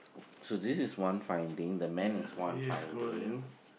so this is one finding the man is one finding